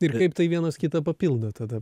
ir kaip tai vienas kitą papildo tada